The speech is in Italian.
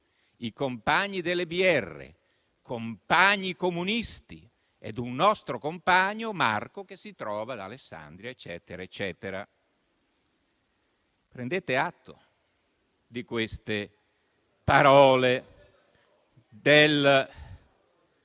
i compagni delle BR, compagni comunisti ed un nostro compagno Marco che si trova ad Alessandria». Prendete atto di queste parole di